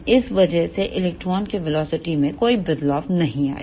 इस वजह से इस इलेक्ट्रॉन के वेलोसिटी में कोई बदलाव नहीं होगा